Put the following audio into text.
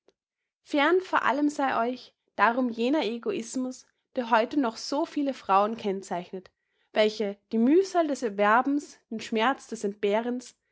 fern vor allem sei euch darum jener egoismus der heute noch so viele frauen kennzeichnet welche die mühsal des erwerbens den schmerz des entbehrens